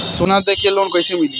सोना दे के लोन कैसे मिली?